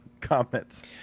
comments